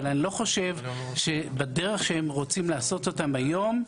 אבל אני לא חושב שבדרך שהם רוצים לעשות אותם היום,